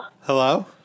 Hello